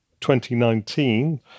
2019